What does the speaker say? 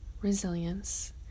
resilience